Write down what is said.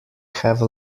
have